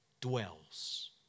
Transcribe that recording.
dwells